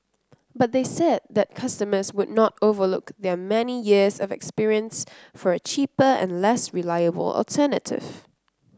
but they said that customers would not overlook their many years of experience for a cheaper and less reliable alternative